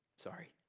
sorry.